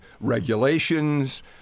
regulations